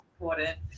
important